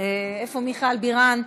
איפה מיכל בירן?